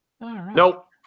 Nope